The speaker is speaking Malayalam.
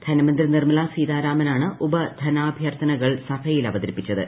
ധനമന്ത്രി നിർമ്മല സീതാരാമനാണ് ഉപ ധനാഭ്യർത്ഥനകൾ സഭയിൽ അവതരിപ്പിച്ചത്